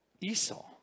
Esau